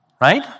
right